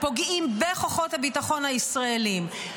פוגעים בכוחות הביטחון הישראליים,